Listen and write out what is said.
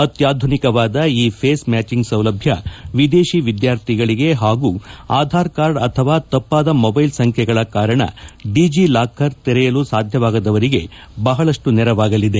ಅತ್ಲಾಧುನಿಕವಾದ ಈ face matching ಸೌಲಭ್ಣ ವಿದೇತಿ ವಿದ್ಲಾರ್ಥಿಗಳಿಗೆ ಹಾಗೂ ಆಧಾರ್ಕಾರ್ಡ್ ಅಥವಾ ತಪ್ಪಾದ ಮೊಬ್ಲೆಲ್ ಸಂಜ್ಲೆಗಳ ಕಾರಣ ಡಿಜಿ ಲಾಕರ್ ಖಾತೆ ತೆರೆಯಲು ಸಾಧ್ಯವಾಗದವರಿಗೆ ಬಹಳಷ್ಟು ನೆರವಾಗಲಿದೆ